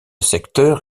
secteur